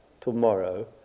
tomorrow